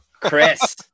Chris